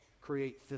create